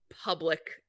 public